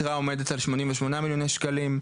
היתרה עומדת על 88,000,000 שקלים,